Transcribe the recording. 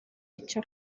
icyo